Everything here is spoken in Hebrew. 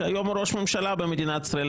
שהיום הוא ראש ממשלה במדינת ישראל.